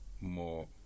more